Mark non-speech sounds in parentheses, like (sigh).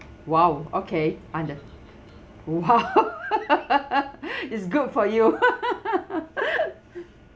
!wow! okay under !wow! (laughs) it's good for you (laughs)